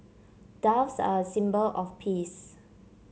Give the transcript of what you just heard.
doves are a symbol of peace